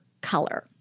color